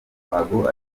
ruhago